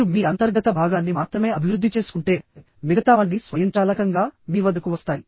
మీరు మీ అంతర్గత భాగాన్ని మాత్రమే అభివృద్ధి చేసుకుంటే మిగతావన్నీ స్వయంచాలకంగా మీ వద్దకు వస్తాయి